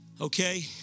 Okay